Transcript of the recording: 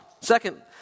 Second